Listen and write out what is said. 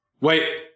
Wait